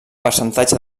percentatge